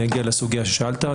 אני אגיע לסוגייה עליה שאלת.